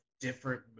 different